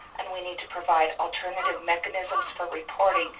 and we need to provide alternative mechanisms for reporting,